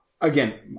again